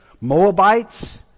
Moabites